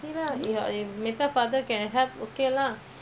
ah